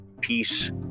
peace